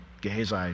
Gehazi